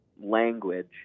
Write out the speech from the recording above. language